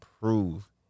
prove